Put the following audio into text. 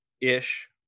ish